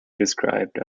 described